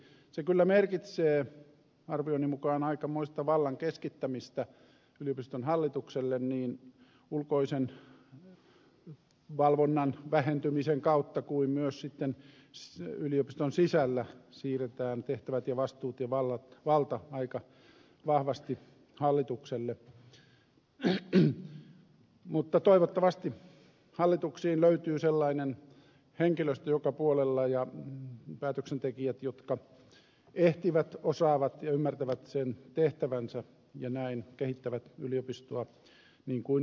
se kyllä merkitsee arvioni mukaan aikamoista vallan keskittämistä yliopiston hallitukselle niin ulkoisen valvonnan vähentymisen kautta kuin myös sikäli että yliopiston sisällä siirretään tehtävät ja vastuut ja valta aika vahvasti hallitukselle mutta toivottavasti hallituksiin löytyy joka puolella sellainen henkilöstö ja päätöksentekijät jotka ehtivät osallistua osaavat ja ymmärtävät sen tehtävänsä ja näin kehittävät yliopistoa niin kuin on ajateltu